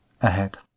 ahead